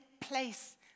place